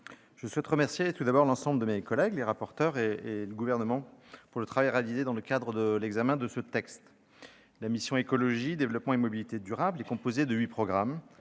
je souhaite remercier tout d'abord l'ensemble de mes collègues, les rapporteurs et le Gouvernement pour le travail réalisé dans le cadre de l'examen de ce texte. La mission « Écologie, développement et mobilités durables » est composée de huit programmes,